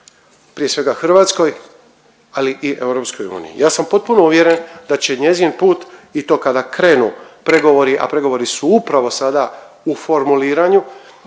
prije svega Hrvatskoj, ali i EU. Ja sam potpuno uvjeren da će njezin put i to kada krenu pregovori, a pregovori su upravo sada u formuliranju,